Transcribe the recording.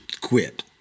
Quit